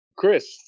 Chris